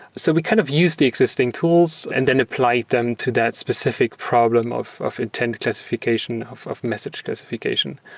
so we kind of used the existing tools and then apply them to that specific problem of of intent classification, of of message specification.